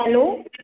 hello